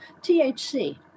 THC